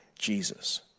Jesus